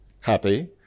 happy